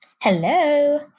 Hello